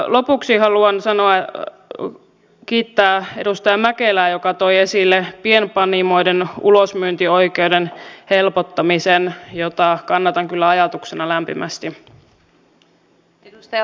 lopuksi haluan kiittää edustaja mäkelää joka toi esille pienpanimoiden ulosmyyntioikeuden helpottamisen jota kannatan kyllä ajatuksena lämpimästi